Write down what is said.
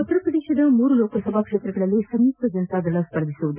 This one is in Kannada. ಉತ್ತರ ಪ್ರದೇಶದ ಲೋಕಸಭಾ ಕ್ಷೇತ್ರಗಳಲ್ಲಿ ಸಂಯುಕ್ತ ಜನತಾದಳ ಸ್ಪರ್ಧಿಸಲಿದೆ